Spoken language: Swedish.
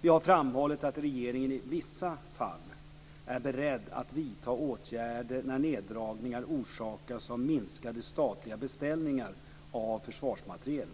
Vi har framhållit att regeringen i vissa fall är beredd att vidta åtgärder när neddragningar orsakas av minskade statliga beställningar av försvarsmateriel.